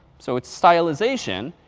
so it's stylisation.